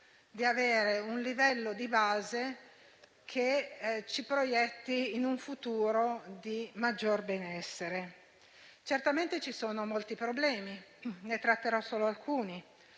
di avere un livello di base che ci proietti in un futuro di maggiore benessere. Certamente sono molti i problemi, e ne tratterò solo alcuni.